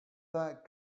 that